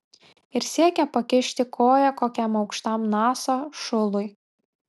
ir siekia pakišti koją kokiam aukštam nasa šului